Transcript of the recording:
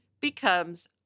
becomes